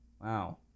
wow